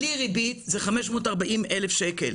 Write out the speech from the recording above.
בלי ריבית זה 540,000 שקל,